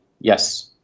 yes